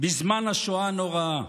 בזמן השואה הנוראה.